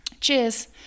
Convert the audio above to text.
Cheers